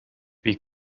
wie